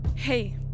Hey